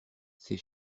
ses